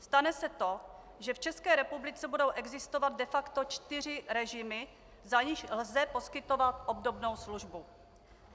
Stane se to, že v České republice budou existovat de facto čtyři režimy, za nichž lze poskytovat obdobnou službu: